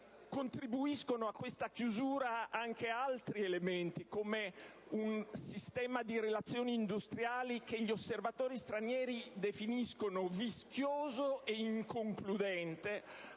protezionistica anche altri elementi, come un sistema di relazioni industriali che gli osservatori stranieri definiscono vischioso e inconcludente